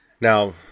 Now